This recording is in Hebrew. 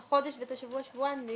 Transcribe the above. את החודש והשבוע, שבועיים?